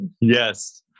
Yes